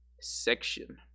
section